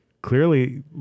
clearly